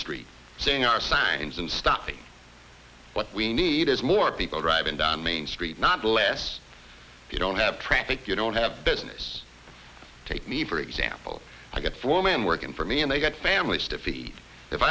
streets seeing our signs and stopping what we need is more people driving down main street not less if you don't have traffic you don't have business take me for example i got four men working for me and they've got families to feed if